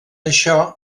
això